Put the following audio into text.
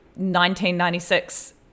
1996